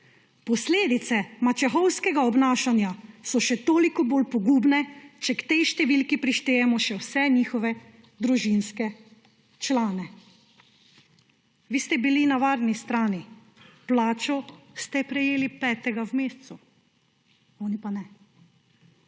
Posledice mačehovskega obnašanja so še toliko bolj pogubne, če k tej številki prištejemo še vse njihove družinske člane. Vi ste bili na varni strani, plačo ste prejeli 5. v mesecu. Oni pa ne.